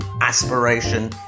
aspiration